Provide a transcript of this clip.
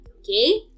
okay